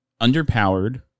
Underpowered